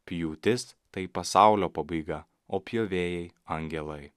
pjūtis tai pasaulio pabaiga o pjovėjai angelai